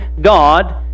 God